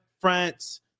France